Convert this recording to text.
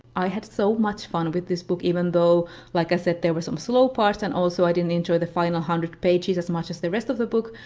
i had so much fun with this book, even though like i said there were some slow parts, and also i didn't enjoy the final hundred pages as much as the rest of the book,